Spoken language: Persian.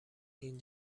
این